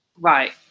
right